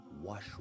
wash